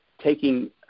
taking